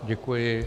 Děkuji.